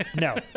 No